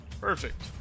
perfect